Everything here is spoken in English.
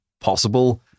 possible